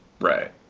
Right